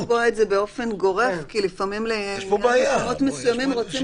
קשה לקבוע את זה באופן גורף כי לפעמים למקומות מסוימים רוצים